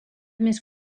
més